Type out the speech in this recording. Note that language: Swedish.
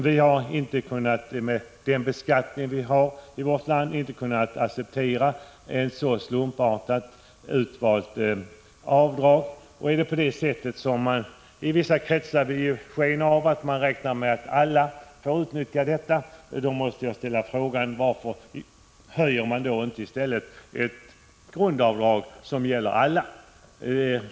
Med hänsyn till den beskattning vi har i vårt land har vi inte kunnat acceptera ett så slumpartat avdrag. I vissa kretsar vill man ju ge sken av att schablonavdraget kan utnyttjas av alla, och jag måste då ställa frågan: Varför föreslår man inte i stället införande av ett höjt grundavdrag som gäller för alla?